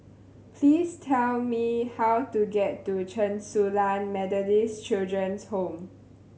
please tell me how to get to Chen Su Lan Methodist Children's Home